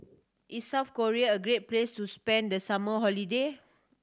is South Korea a great place to spend the summer holiday